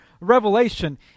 Revelation